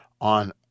on